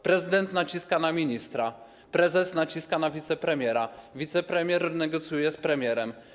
Prezydent naciska na ministra, prezes naciska na wicepremiera, wicepremier negocjuje z premierem.